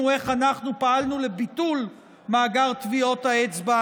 איך אנחנו פעלנו לביטול מאגר טביעות האצבע,